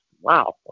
wow